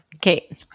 Kate